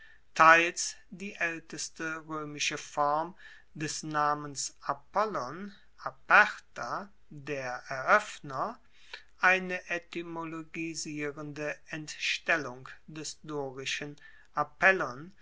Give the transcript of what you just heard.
teils die aelteste roemische form des namens apollon aperta der eroeffner eine etymologisierende entstellung des dorischen